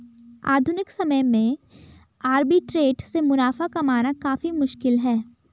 आधुनिक समय में आर्बिट्रेट से मुनाफा कमाना काफी मुश्किल है